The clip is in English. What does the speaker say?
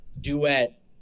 duet